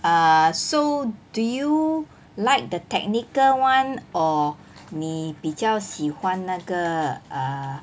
err so do you like the technical [one] orh 你比较喜欢那个 uh